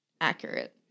accurate